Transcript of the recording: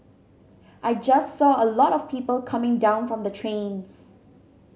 I just saw a lot of people coming down from the trains